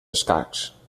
escacs